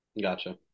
Gotcha